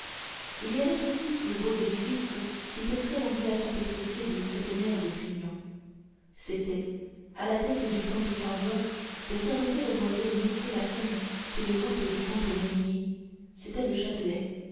il y avait aussi de beaux édifices qui perçaient l'ondulation pétrifiée de cette mer de pignons c'était à la tête du pont aux changeurs derrière lequel on voyait mousser la seine sous les roues du pont aux meuniers c'était le châtelet